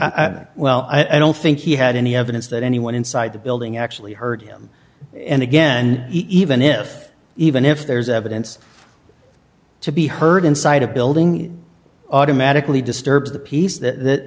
message well i don't think he had any evidence that anyone inside the building actually heard him and again even if even if there's evidence to be heard inside a building it automatically disturbs the peace that th